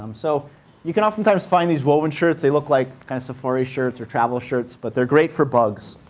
um so you can oftentimes find these woven shirts. they look like kind of safari shirts or travel shirts, but they're great for bugs.